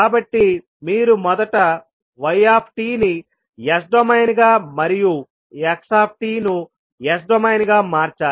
కాబట్టి మీరు మొదట yt ని S డొమైన్ గా మరియు xt ను S డొమైన్ గా మార్చాలి